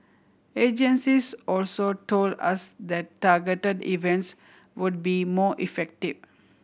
agencies also told us that targeted events would be more effective